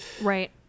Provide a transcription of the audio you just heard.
Right